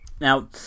Now